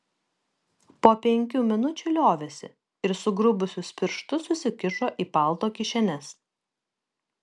po penkių minučių liovėsi ir sugrubusius piršus susikišo į palto kišenes